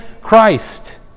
Christ